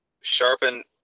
sharpen